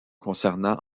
concernant